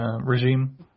Regime